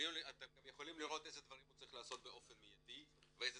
אתם גם יכולים לראות איזה דברים הוא צריך לעשות באופן מיידי ואיזה